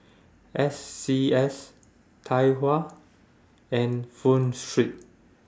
S C S Tai Hua and Pho Street